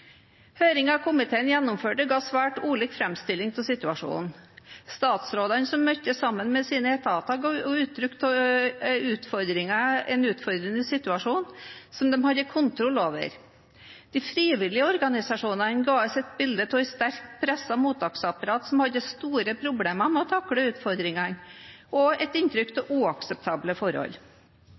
komiteen gjennomførte, ga svært ulike framstillinger av situasjonen. Statsrådene, som møtte sammen med sine etater, ga uttrykk for en utfordrende situasjon som de hadde kontroll over. De frivillige organisasjonene ga oss et bilde av et sterkt presset mottaksapparat som hadde store problemer med å takle utfordringene, og et inntrykk av uakseptable forhold.